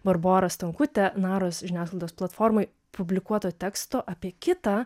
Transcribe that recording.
barbora stankute naros žiniasklaidos platformoj publikuoto teksto apie kitą